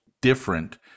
different